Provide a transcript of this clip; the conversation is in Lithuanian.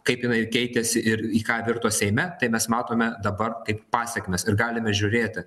kaip jinai keitėsi ir į ką virto seime tai mes matome dabar kaip pasekmes ir galime žiūrėti